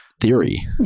theory